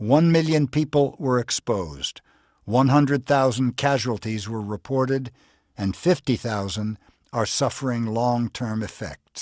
one million people were exposed one hundred thousand casualties were reported and fifty thousand are suffering long term effect